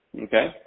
okay